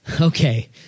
Okay